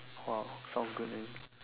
!wow! sounds good man